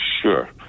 sure